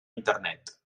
internet